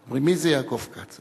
אומרים: מי זה יעקב כץ?